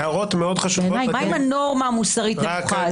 מה אם הנורמה המוסרית נמוכה?